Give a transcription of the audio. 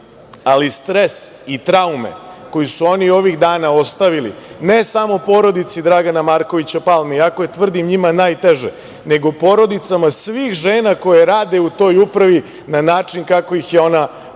ali stres i traume koje su oni ovih dana ostavili, ne samo porodici Dragana Markovića Palme, iako je tvrdim njima najteže, nego porodicama svih žena koje rade u toj upravi, na način kako ih je ona prozvala,